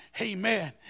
Amen